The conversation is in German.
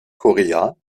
korea